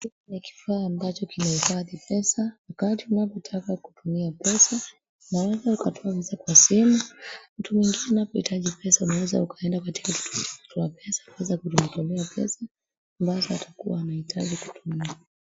Hiki ni kifaa ambacho kinahifadhi pesa ,wakati ambapo unataka kutumia pesa unaeza ukatunza kwa simu mtu mwingine anapohitaji kutumia pesa unaeza kumtolea pesa ambazo atakuwa anahitaji kutumia